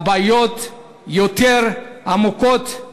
הבעיות יותר עמוקות,